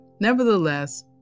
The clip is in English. Nevertheless